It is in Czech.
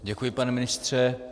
Děkuji, pane ministře.